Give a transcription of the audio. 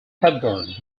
hepburn